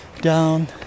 down